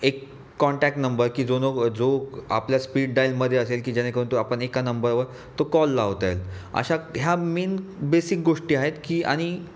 एक contact number की जो नो जो आपल्या स्पीड डाइलमध्ये असेल की जेणेकरून तो आपण एका नंबरवर तो कॉल लावता येईल अशा ह्या मेन बेसीक गोष्टी आहेत की आणि